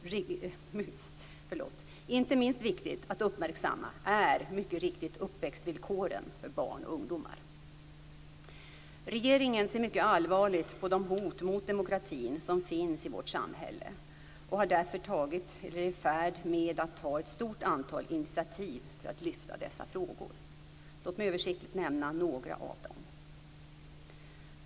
Inte minst viktigt att uppmärksamma är mycket riktigt uppväxtvillkoren för barn och ungdomar. Regeringen ser mycket allvarligt på de hot mot demokratin som finns i vårt samhälle, och har därför tagit eller är i färd med att ta ett stort antal initiativ för att lyfta dessa frågor. Låt mig översiktligt nämna några av dem.